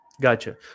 Gotcha